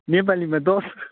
नेपालीमा दस